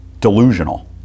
delusional